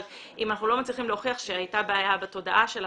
אבל אם אנחנו לא מצליחים להוכיח שהייתה בעיה בתודעה שלה